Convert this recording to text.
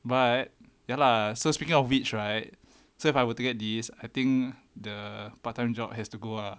but ya lah so speaking of which right so if I were to get these I think the part time job has to go ah